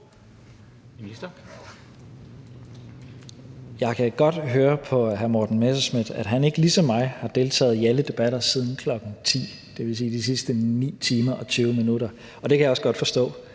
Jeg kan godt høre på hr. Morten Messerschmidt, at han ikke ligesom jeg har deltaget i alle debatter siden kl. 10.00, dvs. i de sidste 9 timer og 20 minutter, og det kan jeg også godt forstå